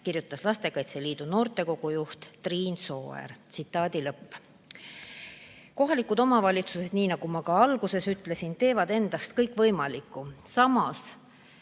kirjutas Lastekaitse Liidu noortekogu juht Triin Sooäär. Kohalikud omavalitsused, nii nagu ma ka alguses ütlesin, teevad endast kõik võimaliku, samas